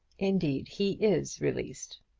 indeed, he is released.